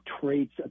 traits